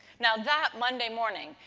now, that monday morning,